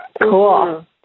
Cool